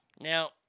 Now